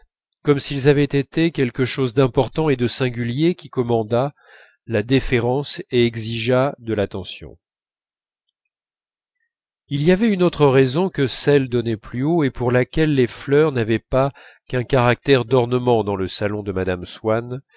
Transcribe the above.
comme s'ils avaient été quelque chose d'important et de singulier qui commandât la déférence et exigeât de l'attention il y avait une autre raison que celles données plus haut et pour laquelle les fleurs n'avaient pas qu'un caractère d'ornement dans le salon de mme swann